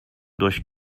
durch